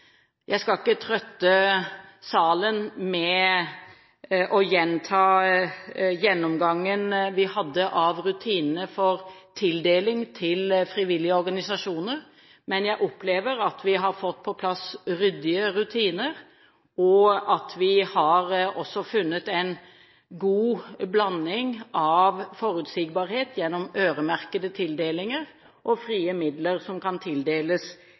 Jeg skal ikke trøtte salen med å gjenta gjennomgangen vi hadde av rutinene for tildeling til frivillige organisasjoner, men jeg opplever at vi har fått på plass ryddige rutiner, og at vi også har funnet en god blanding av forutsigbarhet gjennom øremerkede tildelinger og frie midler som kan tildeles